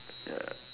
ya